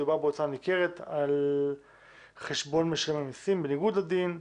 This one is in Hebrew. מדובר בהוצאה ניכרת על חשבון משלם המסים בניגוד לדין.